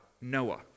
Noah